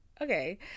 okay